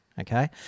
okay